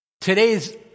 today's